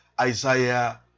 Isaiah